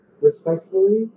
respectfully